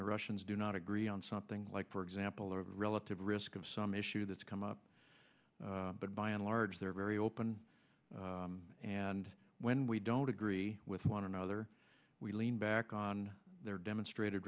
the russians do not agree on something like for example or relative risk of some issue that's come up but by and large they're very open and when we don't agree with one another we lean back on their demonstrated